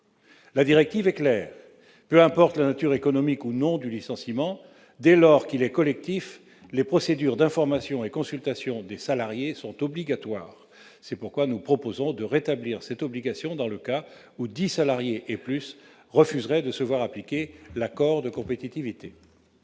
La directive est claire : peu importe la nature économique ou non du licenciement ; dès lors que celui-ci est collectif, les procédures d'information et de consultation des salariés sont obligatoires. C'est pourquoi nous proposons de rétablir cette obligation dans le cas où dix salariés ou davantage refuseraient de se voir appliquer l'accord de compétitivité.